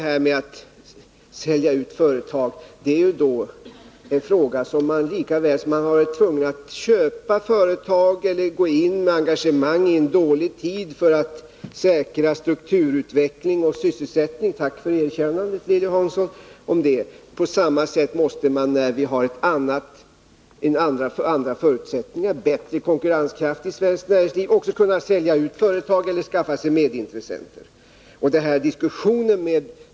Lika väl som man har varit tvungen att köpa företag eller gå in med engagemangi en dålig tid för att säkra strukturutveckling och sysselsättning — tack för erkännandet, Lilly Hansson — måste man när vi har andra förutsättningar, bättre konkurrenskraft i svenskt näringsliv, också kunna sälja ut företag eller skaffa sig medintressenter.